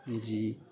جی